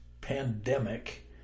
pandemic